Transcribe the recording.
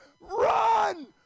Run